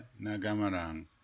Nagamarang